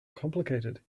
complicated